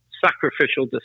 sacrificial